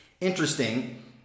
Interesting